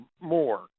more